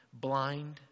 blind